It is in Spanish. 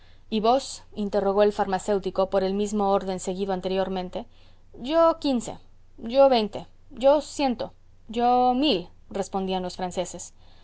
y vos interrogó el farmacéutico por el mismo orden seguido anteriormente yo quince yo veinte yo ciento yo mil respondían los franceses